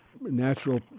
natural